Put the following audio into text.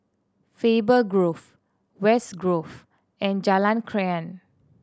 Faber Grove West Grove and Jalan Krian